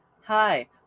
Hi